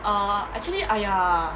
uh actually !aiya!